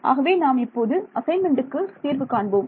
ஆகவே நாம் இப்போது அசைன்மென்ட்டுக்கு தீர்வு காண்போம்